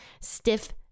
Stiff